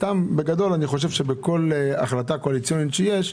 סתם, בגדול, אני חושב שבכל החלטה קואליציונית שיש,